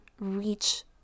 reach